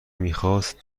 میخواست